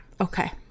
Okay